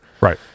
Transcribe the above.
Right